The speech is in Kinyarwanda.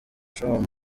com